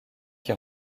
qui